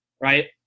right